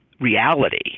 reality